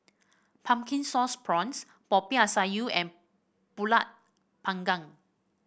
Pumpkin Sauce Prawns Popiah Sayur and pulut panggang